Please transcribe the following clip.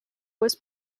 was